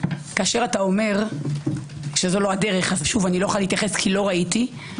כאשר אתה אומר שזו לא הדרך לא יכולה להתייחס כי לא ראיתי,